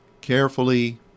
carefully